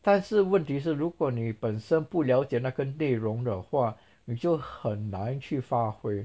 但是问题是如果你本身不了解那个内容的话你就很难去发挥